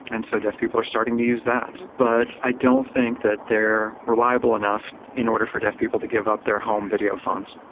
and so deaf people are starting to use that. but i don't think that they're reliable enough in order for deaf people to give up their home video phones.